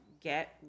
get